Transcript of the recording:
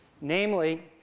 Namely